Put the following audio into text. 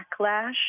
backlash